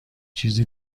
چیزی